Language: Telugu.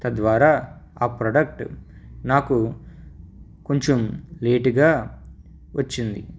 తద్వారా ఆ ప్రోడక్ట్ నాకు కొంచెం లేటుగా వచ్చింది